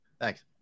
Thanks